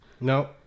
No